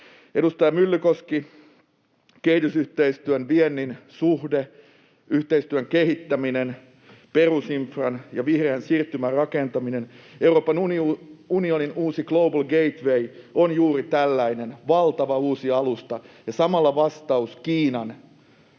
Edustaja Myllykoski: kehitysyhteistyön ja viennin suhde, yhteistyön kehittäminen, perusinfran ja vihreän siirtymän rakentaminen. — Euroopan unionin uusi Global Gateway on juuri tällainen valtava uusi alusta ja samalla vastaus Kiinan